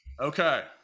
Okay